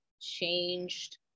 changed